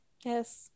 Yes